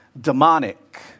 demonic